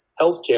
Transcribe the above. healthcare